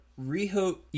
Riho